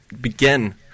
begin